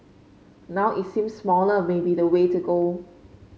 now it seems smaller may be the way to go